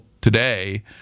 today